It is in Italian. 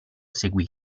seguì